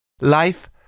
Life